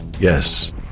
Yes